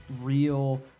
real